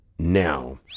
now